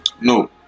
No